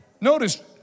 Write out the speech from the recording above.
Notice